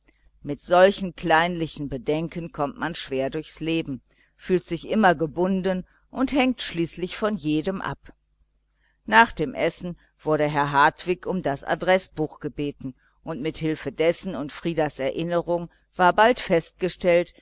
mit solchen kleinlichen bedenken kommt man schwer durchs leben fühlt sich immer gebunden und hängt schließlich von jedem rudolf meier ab nach dem essen wurde herr hartwig um das adreßbuch gebeten und mit hilfe dessen und frieders erinnerung war bald festgestellt